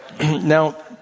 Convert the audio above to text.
Now